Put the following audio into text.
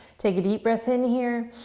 take a deep breath in here,